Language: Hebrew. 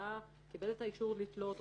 קיבל את האישור לתלות מודעה,